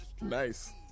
Nice